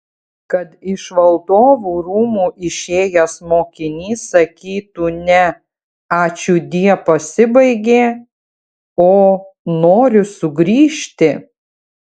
kad iš valdovų rūmų išėjęs mokinys sakytų ne ačiūdie pasibaigė o noriu sugrįžti